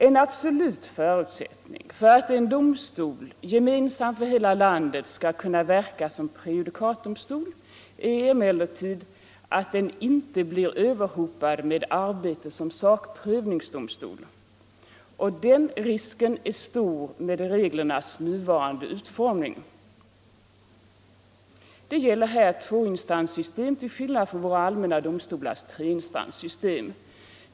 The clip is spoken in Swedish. En absolut förutsättning för att en domstol, gemensam för hela landet, skall kunna verka som prejudikatdomstol är emellertid att den inte blir överhopad med arbete som sakprövningsdomstol. Och den risken är stor med reglernas nuvarande utformning. Det gäller här ett tvåinstanssystem till skillnad från våra allmänna domstolars treinstanssystem.